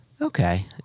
Okay